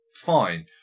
fine